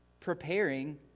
preparing